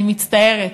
אני מצטערת,